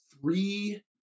three